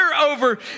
over